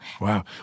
Wow